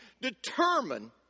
determine